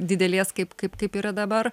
didelės kaip kaip kaip yra dabar